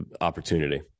opportunity